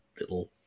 little